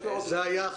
גם